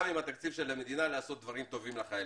עם התקציב של המדינה לעשות דברים טובים לחיילים.